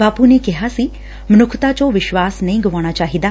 ਬਾਪੁ ਨੇ ਕਿਹਾ ਸੀ ਮਨੱਖਤਾ ਚੋ ਵਿਸ਼ਵਾਸ ਨਹੀ ਗੁਆਉਣਾ ਚਾਹੀਦਾ